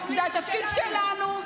זה התפקיד שלנו.